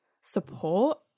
support